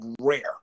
rare